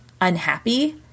unhappy